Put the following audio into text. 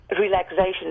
relaxation